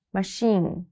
Machine